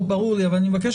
ברור לי אבל אני מבקש,